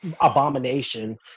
abomination